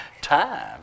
time